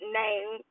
name